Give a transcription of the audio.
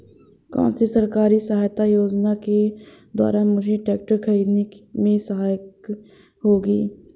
कौनसी सरकारी सहायता योजना के द्वारा मुझे ट्रैक्टर खरीदने में सहायक होगी?